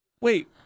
Wait